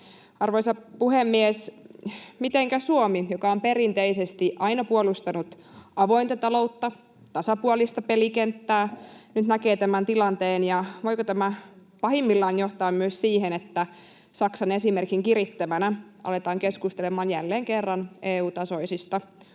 Arvoisa puhemies! Mitenkä Suomi, joka on perinteisesti aina puolustanut avointa ta-loutta, tasapuolista pelikenttää, nyt näkee tämän tilanteen, ja voiko tämä pahimmillaan johtaa myös siihen, että Saksan esimerkin kirittämänä aletaan keskustelemaan jälleen kerran EU-tasoisista